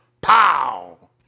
pow